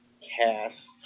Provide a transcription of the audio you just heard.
cast